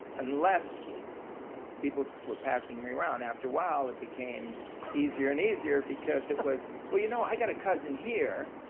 unless people were passing me around. after awhile, it became easier and easier. because it was well, you know, i've got a cousin here.